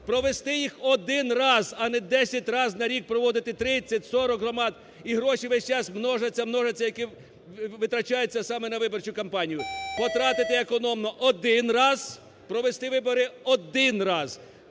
Провести їх один раз, а не десять раз на рік проводити 30-40 громад, і гроші весь час множаться, множаться, витрачаються саме на виборчу компанію. Потратити економно один раз. Провести вибори один раз.